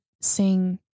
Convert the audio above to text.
sing